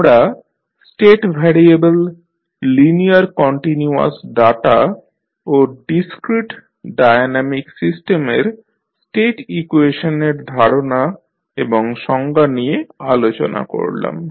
আমরা state variable linear continuous data ও discrete dynamic সিস্টেমের স্টেট ইকুয়েশনের ধারণা এবং সংজ্ঞা নিয়ে আলোচনা করলাম